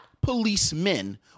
policemen